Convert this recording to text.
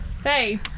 Hey